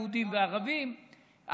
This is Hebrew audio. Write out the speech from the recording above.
יהודים וערבים,